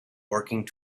working